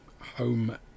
home